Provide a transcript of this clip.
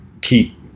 keep